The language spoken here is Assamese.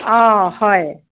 অঁ হয়